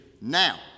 Now